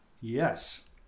Yes